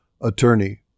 Attorney